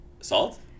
Salt